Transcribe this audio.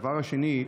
הדבר השני,